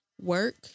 work